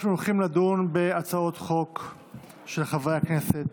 אנחנו הולכים לדון בהצעות חוק של חברי הכנסת.